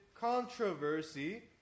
controversy